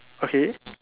okay